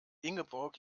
ingeborg